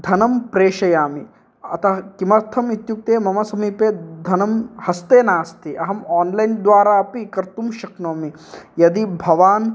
धनं प्रेषयामि अतः किमर्थम् इत्युक्ते मम समीपे धनं हस्ते नास्ति अहं आन्लैन् द्वारा अपि कर्तुं शक्नोमि यदि भवान्